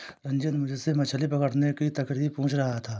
रंजित मुझसे मछली पकड़ने की तरकीब पूछ रहा था